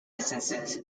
instances